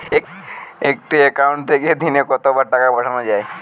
একটি একাউন্ট থেকে দিনে কতবার টাকা পাঠানো য়ায়?